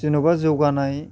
जेन'बा जौगानाय